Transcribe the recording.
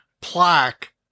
plaque